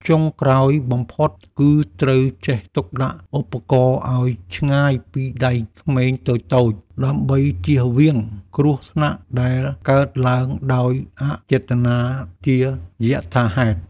ចុងក្រោយបំផុត គឺត្រូវចេះទុកដាក់ឧបករណ៍ឱ្យឆ្ងាយពីដៃក្មេងតូចៗ ដើម្បីជៀសវាងគ្រោះថ្នាក់ដែលកើតឡើងដោយអចេតនាជាយថាហេតុ។